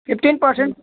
fifteen percent